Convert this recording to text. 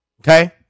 Okay